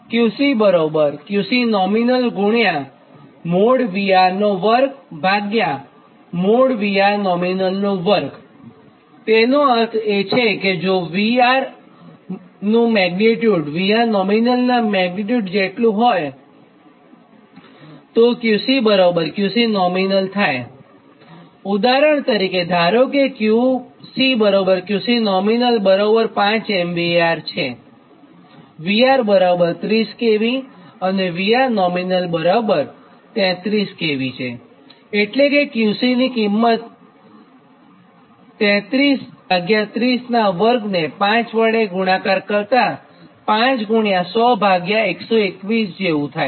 |𝑉𝑅|2 QC 𝑄C nominal |𝑉𝑅 nominal|2 તેનો અર્થ એ કે જો જો VR નું મેગ્નીટ્યુડ VRnominal નાં મેગ્નીટ્યુડ જેટલું હોય તો QC QC nominal ઉદાહરણ તરીકે ધારો કે QC QC nominal 5 MVAR VR 30 kV અને VR nominal 33 kV છે એટલે Qc ની કિંમત 33302 ને 5 વડે ગુણાકાર કરતાં એટલે કે 5100121 જેટલું થાય